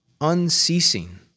unceasing